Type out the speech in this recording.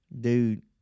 Dude